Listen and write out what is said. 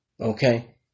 Okay